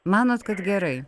manot kad gerai